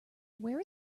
where